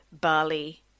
Bali